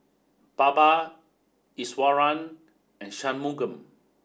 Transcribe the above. Baba Iswaran and Shunmugam